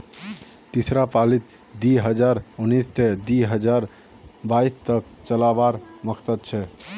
तीसरा पालीत दी हजार उन्नीस से दी हजार बाईस तक चलावार मकसद छे